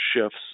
shifts